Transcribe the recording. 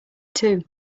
too